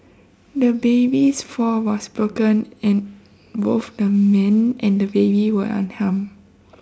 the baby's fall was broken and both the man and the baby were unharmed